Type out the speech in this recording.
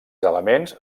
elements